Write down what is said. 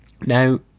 Now